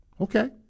Okay